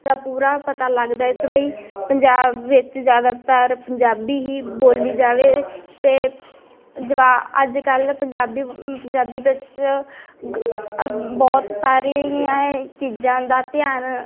ਦਾ ਪੂਰਾ ਪਤਾ ਲੱਗਦਾ ਇਸ ਲਈ ਪੰਜਾਬ ਵਿੱਚ ਜ਼ਿਆਦਾਤਰ ਪੰਜਾਬੀ ਹੀ ਬੋਲੀ ਜਾਵੇ ਅਤੇ ਜਵਾ ਅੱਜ ਕੱਲ੍ਹ ਪੰਜਾਬੀ ਪੰਜਾਬੀ ਵਿੱਚ ਬਹੁਤ ਸਾਰੀਆਂ ਚੀਜ਼ਾਂ ਦਾ ਧਿਆਨ